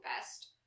best